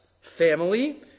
family